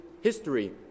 history